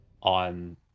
on